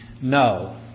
No